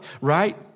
Right